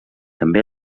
també